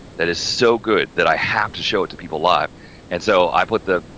that is, so good that i have to show it to people live and so i put the,